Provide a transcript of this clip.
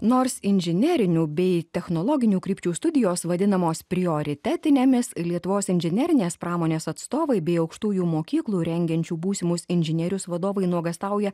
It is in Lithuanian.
nors inžinerinių bei technologinių krypčių studijos vadinamos prioritetinėmis lietuvos inžinerinės pramonės atstovai bei aukštųjų mokyklų rengiančių būsimus inžinierius vadovai nuogąstauja